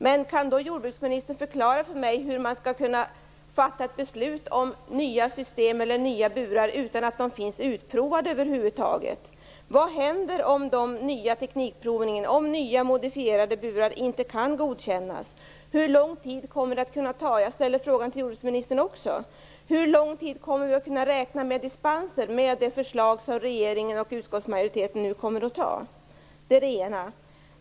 Men kan då jordbruksministern förklara för mig hur man skall kunna fatta ett beslut om nya system eller nya burar utan att de finns utprovade över huvud taget? Vad händer om nya modifierade burar inte kan godkännas? Hur lång tid kommer det att kunna ta? Jag ställer också följande fråga till jordbruksministern: Hur lång tid kommer vi att kunna räkna med dispenser med det förslag som regeringen och utskottsmajoriteten nu kommer att fatta beslut om? Det är det ena.